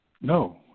No